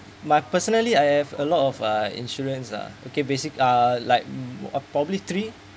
my personally I have a lot of uh insurance uh okay basic uh like probably three